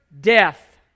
Death